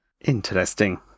Interesting